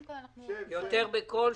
בבקשה,